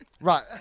Right